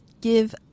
Give